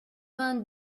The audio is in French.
vingt